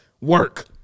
Work